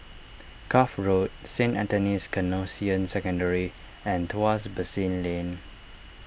Cuff Road Saint Anthony's Canossian Secondary and Tuas Basin Lane